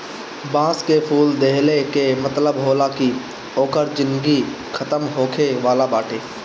बांस कअ फूल देहले कअ मतलब होला कि ओकर जिनगी खतम होखे वाला बाटे